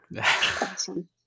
Awesome